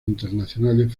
internacionales